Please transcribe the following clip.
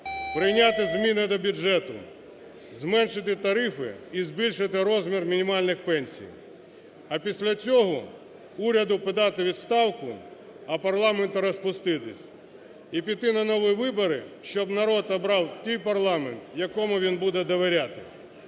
Прийняти зміни до бюджету, зменшити тарифи і збільшити розмір мінімальних пенсій. А після цього уряду подати у відставку, а парламенту розпуститись і піти на нові вибори, щоб народ обрав той парламент, якому він буде довіряти.